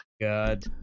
God